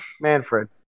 Manfred